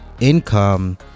income